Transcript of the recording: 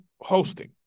hosting